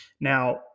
Now